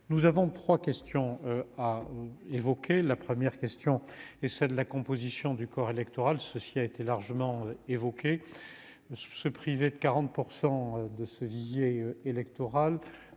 nous avons 3 questions à évoquer la première question est celle de la composition du corps électoral, ceci a été largement évoqué se priver de 40 pour 100 de ce Didier électoral